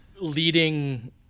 leading